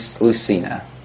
Lucina